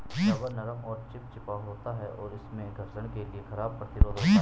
rubber नरम और चिपचिपा होता है, और इसमें घर्षण के लिए खराब प्रतिरोध होता है